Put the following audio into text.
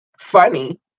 funny